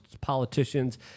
politicians